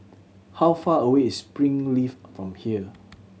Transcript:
how far away is Springleaf from here